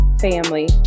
family